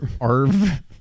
Arv